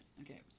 okay